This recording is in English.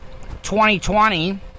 2020